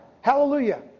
Hallelujah